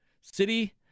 city